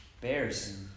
bears